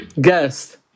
guest